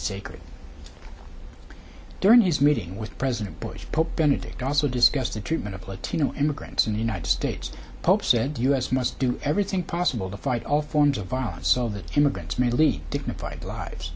sacred during his meeting with president bush pope benedict also discussed the treatment of latino immigrants in the united states pope said the u s must do everything possible to fight all forms of violence so that immigrants may lead dignified lives